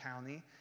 County